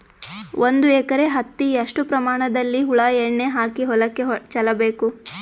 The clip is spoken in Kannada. ಒಂದು ಎಕರೆ ಹತ್ತಿ ಎಷ್ಟು ಪ್ರಮಾಣದಲ್ಲಿ ಹುಳ ಎಣ್ಣೆ ಹಾಕಿ ಹೊಲಕ್ಕೆ ಚಲಬೇಕು?